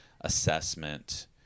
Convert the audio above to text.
assessment